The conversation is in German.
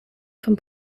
vom